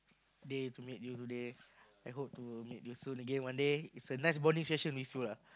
day to meet you today I hope to meet you soon again one day it's a nice bonding session with you lah